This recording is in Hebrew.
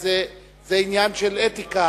זה שזה לא הוגן, זה עניין של אתיקה.